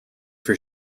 for